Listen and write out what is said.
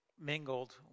mingled